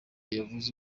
yavuze